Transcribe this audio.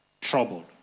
troubled